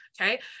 okay